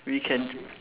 we can